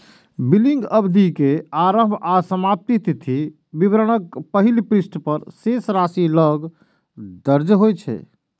billing अवधि के आरंभ आ समाप्ति तिथि विवरणक पहिल पृष्ठ पर शेष राशि लग दर्ज होइ छै